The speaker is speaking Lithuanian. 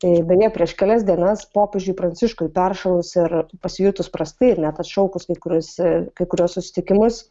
tai bene prieš kelias dienas popiežiui pranciškui peršalus ir pasijutus prastai ir net atšaukus kai kurius kai kuriuos susitikimus